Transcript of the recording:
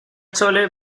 chole